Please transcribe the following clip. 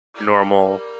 normal